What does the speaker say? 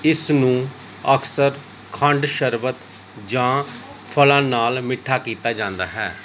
ਇਸਨੂੰ ਅਕਸਰ ਖੰਡ ਸ਼ਰਬਤ ਜਾਂ ਫਲਾਂ ਨਾਲ ਮਿੱਠਾ ਕੀਤਾ ਜਾਂਦਾ ਹੈ